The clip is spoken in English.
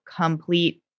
complete